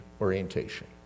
Orientation